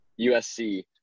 USC